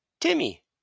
Timmy